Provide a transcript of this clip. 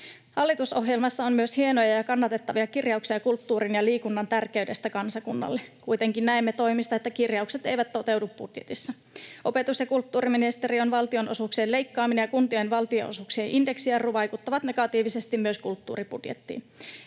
Hallitusohjelmassa on myös hienoja ja kannatettavia kirjauksia kulttuurin ja liikunnan tärkeydestä kansakunnalle. Kuitenkin näemme toimista, että kirjaukset eivät toteudu budjetissa. Opetus- ja kulttuuriministeriön valtionosuuksien leikkaaminen ja kuntien valtionosuuksien indeksijarru vaikuttavat negatiivisesti myös kulttuuribudjettiin.